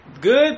Good